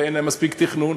ואין להם מספיק תכנון,